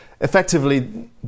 effectively